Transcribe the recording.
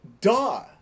duh